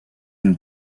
and